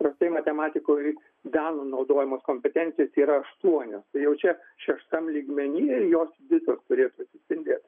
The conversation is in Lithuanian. įprastai matematikoj gala naudojamos kompetencijos yra aštuonios tai jau čia šeštam lygmenyje jos visos turėtų atsispindėti